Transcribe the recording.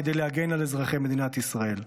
כדי להגן על אזרחי מדינת ישראל.